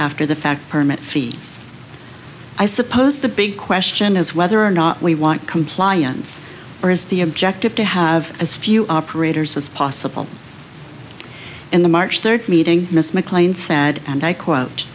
after the fact permit fees i suppose the big question is whether or not we want compliance or is the objective to have as few operators as possible in the march third meeting miss mclean said and i quote